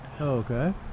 Okay